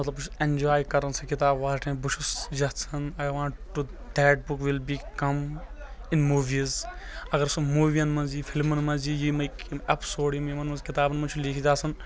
مطلب بہٕ چھُس اٮ۪نجاے کران سۄ کتاب واریاہ بہٕ چھُس یژھان I want to that book will become in movies اگر سُہ فِلمن منٛز یی یِیٚمِک یِم اپیسوڈ یِم یِمن منٛز کِتابن منٛز چھُ لیٚکھِتھ آسان